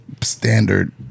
standard